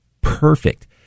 perfect